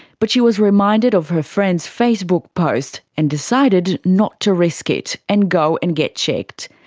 but she was reminded of her friend's facebook post, and decided not to risk it, and go and get checked.